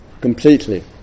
completely